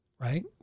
Right